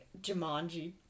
Jumanji